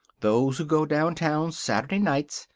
those who go downtown saturday nights,